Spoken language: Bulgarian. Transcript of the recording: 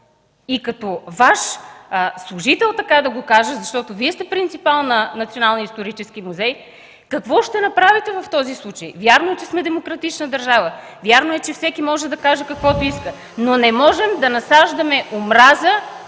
и като Ваш служител, така да го кажа, защото Вие сте принципал на Националния исторически музей, какво ще направите в този случай? Вярно е, че сме демократична държава, вярно е, че всеки може да каже каквото иска, но не можем да насаждаме омраза